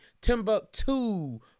Timbuktu